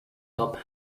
top